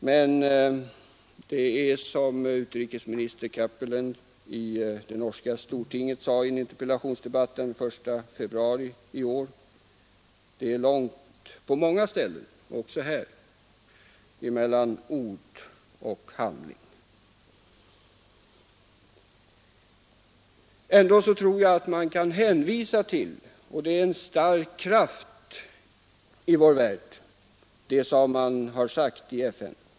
Men det är, som utrikesminister Cappelen i det norska stortinget sade i en interpellationsdebatt den 1 februari i år, på många ställen — och även här — långt mellan ord och handling. Ändå tror jag att man kan hänvisa till vad FN — som är en stark kraft i vår värld — har uttalat.